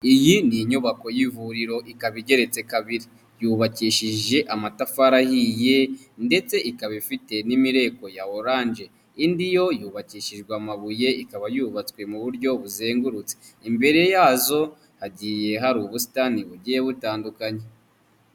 Iyi ni inyubako y'ivuriro ikaba igeretse kabiri , yubakishije amatafari ahiye ndetse ikaba ifite n'imirembo ya oranje, indi yo yubakishijwe amabuye ikaba yubatswe mu buryo buzengurutse, imbere yazo hagiye hari ubusitani bugiye butandukanye.